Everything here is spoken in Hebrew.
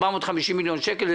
450 מיליון שקל,